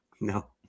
No